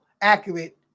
accurate